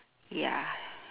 ya